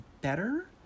better